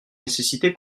nécessité